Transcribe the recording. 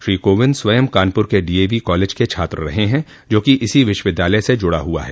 श्री कोविंद स्वयं कानपुर के DAV college के छात्र रहे हैं जोकि इसी विश्वविद्यालय से जुडा हुआ है